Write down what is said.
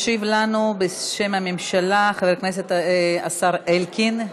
ישיב לנו, בשם הממשלה, חבר הכנסת השר אלקין.